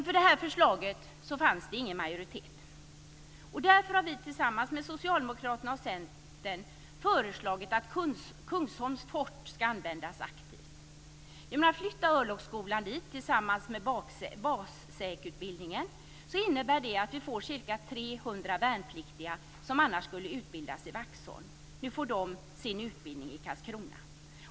För det förslaget fanns det dock ingen majoritet. Därför har vi tillsammans med Socialdemokraterna och Centern föreslagit att Kungsholms fort ska användas aktivt. Genom att flytta örlogsskolan dit tillsammans med bassäkutbildningen får vi ca 300 värnpliktiga som annars skulle utbildas i Vaxholm som nu får sin utbildning i Karlskrona.